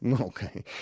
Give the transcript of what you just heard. Okay